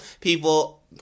people